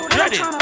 ready